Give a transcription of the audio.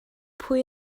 pwy